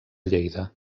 lleida